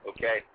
Okay